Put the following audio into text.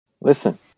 listen